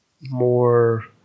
more